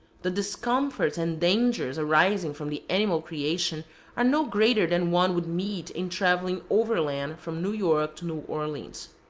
the discomforts and dangers arising from the animal creation are no greater than one would meet in traveling overland from new york to new orleans.